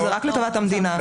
זה רק לטובת המדינה.